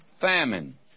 famine